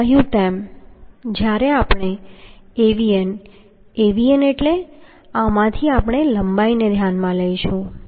મેં કહ્યું તેમ જ્યારે આપણે Avn Avn એટલે આમાંથી આપણે લંબાઈને ધ્યાનમાં લઈશું